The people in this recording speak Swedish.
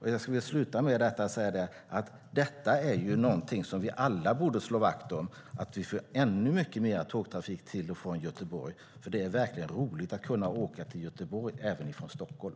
Jag vill avsluta med att säga att detta är någonting som vi alla borde slå vakt om. Vi behöver ännu mycket mer tågtrafik till och från Göteborg, för det är verkligen roligt att kunna åka till Göteborg även ifrån Stockholm.